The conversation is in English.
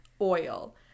oil